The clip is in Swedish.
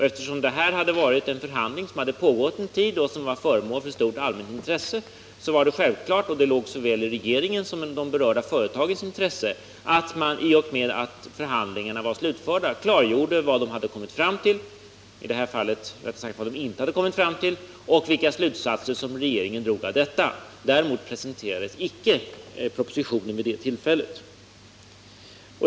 Eftersom detta var en förhandling som pågått en tid och som varit föremål för ett stort allmänt intresse var det självklart — det låg såväl i regeringens som i de berörda företagens intresse — att, i och med att förhandlingarna var slutförda, klargöra vad man kommit fram till, eller i det här fallet rättare sagt vad man inte kommit fram till, och vilka slutsatser regeringen drog av detta. Däremot presenterades icke propositionen vid det tillfället.